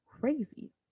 crazy